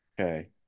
okay